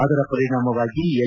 ಅದರ ಪರಿಣಾಮವಾಗಿ ಎಲ್